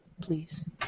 please